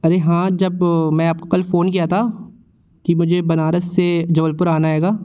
अरे हाँ जब मैं आपको कल फ़ोन किया था कि मुझे बनारस से जबलपुर आना है गा